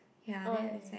oh ya ya ya